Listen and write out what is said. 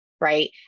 right